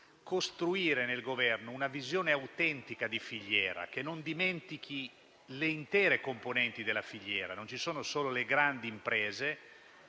costruire nel Governo una visione autentica di filiera, che non dimentichi le intere componenti della filiera. Non ci sono solo le grandi imprese;